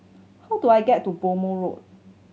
how do I get to Road